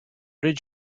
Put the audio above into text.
did